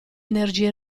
energie